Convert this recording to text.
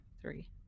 three